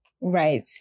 Right